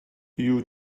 you